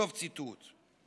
סוף ציטוט.